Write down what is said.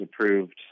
approved